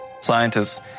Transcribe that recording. Scientists